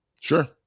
Sure